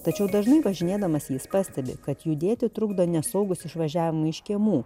tačiau dažnai važinėdamas jis pastebi kad judėti trukdo nesaugūs išvažiavimai iš kiemų